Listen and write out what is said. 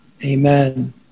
Amen